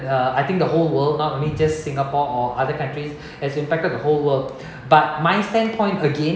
uh I think the whole world not only just singapore or other countries has impacted the whole world but my standpoint again